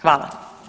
Hvala.